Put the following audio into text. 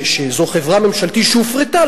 שזו חברה ממשלתית שהופרטה,